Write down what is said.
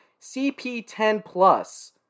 CP10PLUS